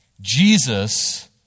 Jesus